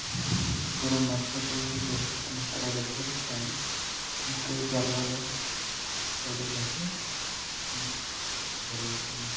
ଆଗରୁ ମାଛ ବି ବହୁତ ମାତ୍ରାରେ ଧରିଥାଉ କିନ୍ତୁ ଜାଲରେ ପଡ଼ିଲେ ହିଁ ଧରି ହେବ